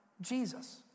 Jesus